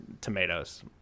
tomatoes